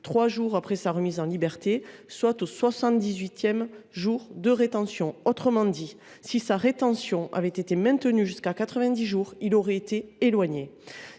trois jours après sa remise en liberté, soit au 78 jour de rétention. Autrement dit, si sa rétention avait été maintenue jusqu’à 90 jours, il aurait été éloigné.